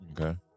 Okay